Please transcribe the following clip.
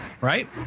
Right